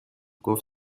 گفت